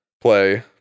Play